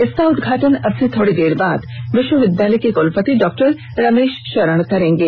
इसका उदघाटन अब से थोड़ी देर बाद विष्वविद्यालय के कुलपति डॉ रमेष शरण करेंगे